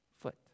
foot